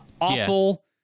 awful